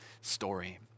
story